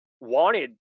wanted